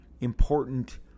important